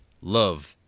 Love